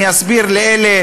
אני אסביר לאלה